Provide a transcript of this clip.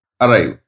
arrive